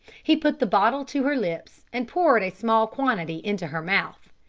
he put the bottle to her lips and poured a small quantity into her mouth.